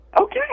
Okay